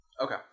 Okay